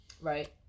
Right